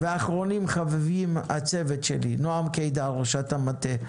ואחרונים חביבים הצוות שלי נועם קידר ראשת המטה,